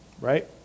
right